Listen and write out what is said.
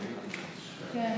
אני הייתי שם, פשוט.